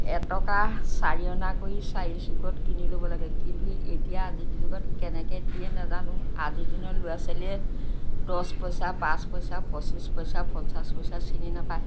এটকা চাৰি অনা কৰি চাৰি চুকত কিনি ল'ব লাগে কিন্তু এতিয়া আজি যুগত কেনেকৈ দিয়ে নাজানো আজি দিনৰ ল'ৰা ছোৱালীয়ে দহ পইচা পাঁচ পইচা পঁচিছ পইচা পঞ্চাছ পইচা চিনি নাপায়